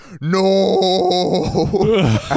No